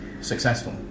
successful